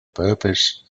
purpose